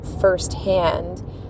firsthand